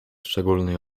szczególnej